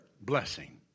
blessing